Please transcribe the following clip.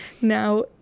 Now